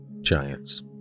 Giants